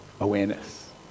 Awareness